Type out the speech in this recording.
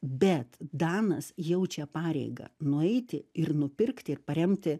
bet danas jaučia pareigą nueiti ir nupirkti ir paremti